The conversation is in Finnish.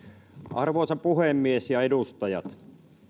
arvoisa puhemies ja edustajat